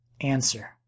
Answer